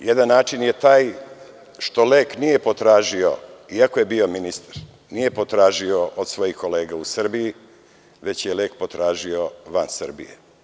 Jedan način je taj što lek nije potražio, iako je bio ministar, nije potražio od svojih kolega u Srbiji, već je lek potražio van Srbije.